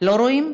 לא רואים?